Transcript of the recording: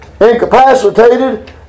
incapacitated